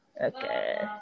Okay